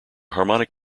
harmonic